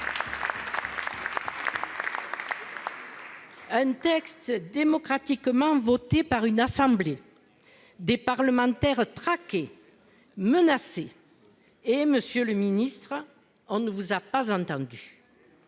Un texte a été démocratiquement voté par une assemblée, des parlementaires sont traqués, menacés, mais, monsieur le ministre, on ne vous a pas entendu